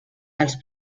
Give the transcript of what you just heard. els